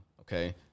Okay